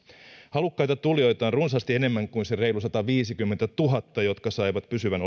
halukkaita tulijoita on runsaasti enemmän kuin se reilu sataviisikymmentätuhatta jotka saivat pysyvän